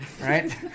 Right